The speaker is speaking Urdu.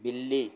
بلی